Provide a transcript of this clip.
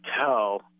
tell